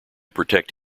protect